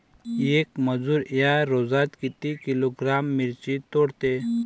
येक मजूर या रोजात किती किलोग्रॅम मिरची तोडते?